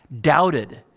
doubted